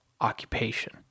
occupation